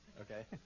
okay